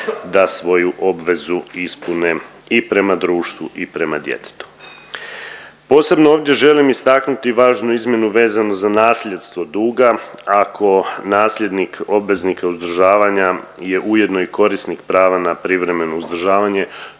da svoju obvezu ispune i prema društvu i prema djetetu. Posebno ovdje želim istaknuti važnu izmjenu vezanu za nasljedstvo duga. Ako nasljednik obveznika uzdržavanja je ujedno i korisnik prava na privremeno uzdržavanje,